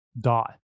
dot